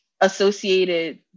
associated